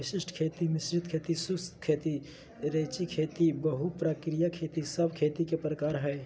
वशिष्ट खेती, मिश्रित खेती, शुष्क खेती, रैचिंग खेती, बहु प्रकारिय खेती सब खेती के प्रकार हय